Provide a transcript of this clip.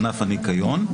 ענף הניקיון;